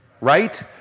Right